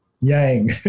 Yang